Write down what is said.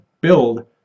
build